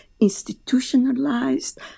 institutionalized